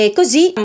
così